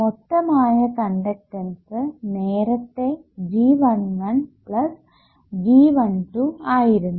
മൊത്തമായ conductance നേരത്തെ G11 plus G12 ആയിരുന്നു